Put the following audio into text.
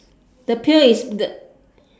the pail is the